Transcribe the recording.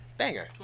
Banger